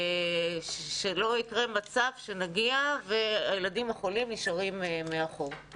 שלא יקרה מצב שנגיע והילדים החולים נשארים מאחור.